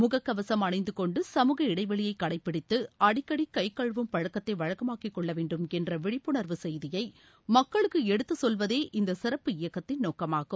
முகக்கவசம் அணிந்து கொண்டு சமுக இடைவெளியைக் கடைபிடித்து அடிக்கடி கை கழுவும் பழக்கத்தை வழக்கமாக்கிக் கொள்ள வேண்டும் என்ற விழிப்புணர்வு செய்தியை மக்களுக்கு எடுத்துச்செல்வதே இந்த சிறப்பு இயக்கத்தின் நோக்கமாகும்